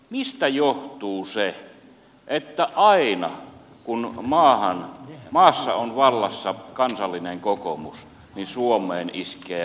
mistä johtuu se että aina kun maassa on vallassa kansallinen kokoomus niin suomeen iskee lama